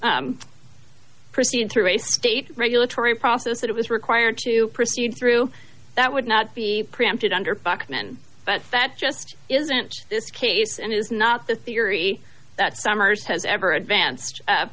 a state regulatory process that was required to proceed through that would not be preempted under bachmann but that just isn't this case and is not the theory that summers has ever advanced